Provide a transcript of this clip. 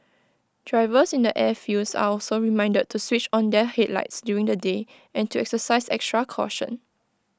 drivers in the airfields are also reminded to switch on their headlights during the day and to exercise extra caution